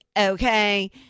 Okay